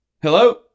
Hello